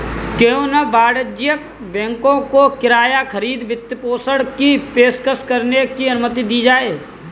क्यों न वाणिज्यिक बैंकों को किराया खरीद वित्तपोषण की पेशकश करने की अनुमति दी जाए